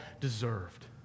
deserved